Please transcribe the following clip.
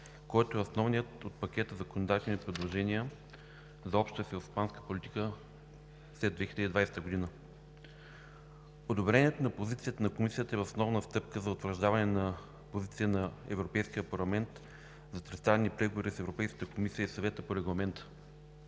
който е основният от пакета за контактни предложения за обща селскостопанска политика след 2020 г. Одобрението на позицията на Комисията е основна стъпка за утвърждаване позицията на Европейския парламент за тристранни преговори с Европейската комисия и Съвета по регламента.